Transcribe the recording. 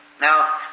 Now